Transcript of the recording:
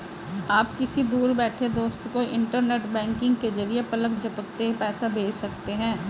आप किसी दूर बैठे दोस्त को इन्टरनेट बैंकिंग के जरिये पलक झपकते पैसा भेज सकते हैं